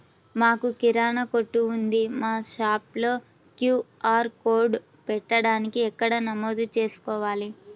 మాకు కిరాణా కొట్టు ఉంది మా షాప్లో క్యూ.ఆర్ కోడ్ పెట్టడానికి ఎక్కడ నమోదు చేసుకోవాలీ?